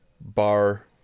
bar